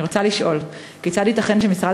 אני רוצה לשאול: 1. כיצד ייתכן שמשרד